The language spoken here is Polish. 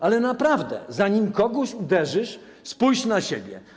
Ale naprawdę zanim kogoś uderzysz, spójrz na siebie.